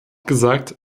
gesagt